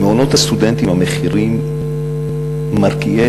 במעונות הסטודנטים המחירים מרקיעי,